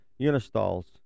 Unistall's